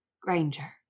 Granger